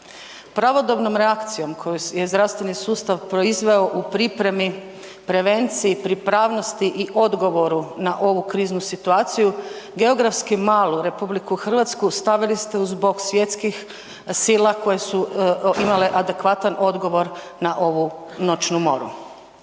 Pravodobnom reakcijom koju je zdravstveni sustav proizveo u pripremi, prevenciji, pripravnosti i odgovoru na ovu kriznu situaciju geografski malu RH stavili ste uz bok zbog svjetskih sila koje su imale adekvatan odgovor na ovu noćnu moru.